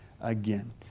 again